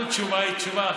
כן.